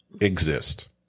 exist